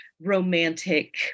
romantic